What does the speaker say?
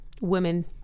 women